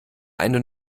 eine